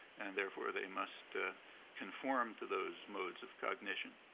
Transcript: and therefore, they must conform to those modes of cognition.